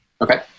Okay